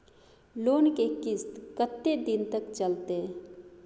Loan के किस्त कत्ते दिन तक चलते?